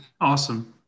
Awesome